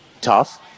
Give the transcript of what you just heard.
tough